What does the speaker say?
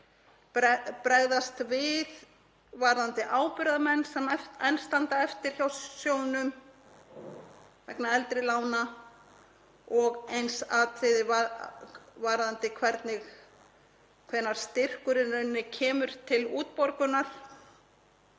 bregðast við varðandi ábyrgðarmenn sem enn standa eftir hjá sjóðnum vegna eldri lána og eins atriði varðandi það hvenær styrkur kemur í rauninni til útborgunar